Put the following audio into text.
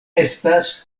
estas